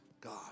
God